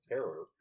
Terror